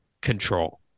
control